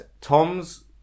Tom's